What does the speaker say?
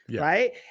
Right